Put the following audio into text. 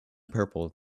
purple